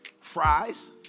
Fries